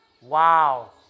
Wow